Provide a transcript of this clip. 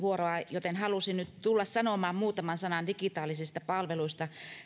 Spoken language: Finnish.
joten halusin nyt tulla sanomaan muutaman sanan digitaalisista palveluista